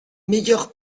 meilleures